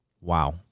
Wow